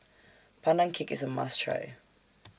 Pandan Cake IS A must Try